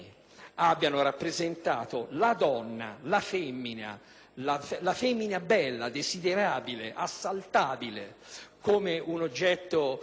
abbiano rappresentato la donna, la femmina, la femmina bella, desiderabile, assaltabile, come un oggetto